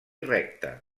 recte